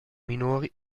minori